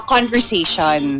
Conversation